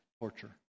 torture